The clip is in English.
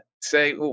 say